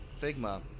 Figma